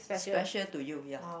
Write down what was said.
special to you ya